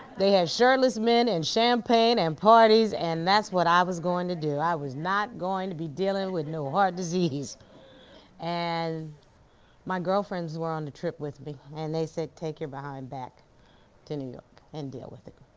they have shirtless men and champagne and parties and that's what i was going to do. i was not going to be dealing with no heart disease and my girlfriends were on the trip with me and they said, take your behind back to new york and deal with it.